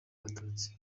abatutsi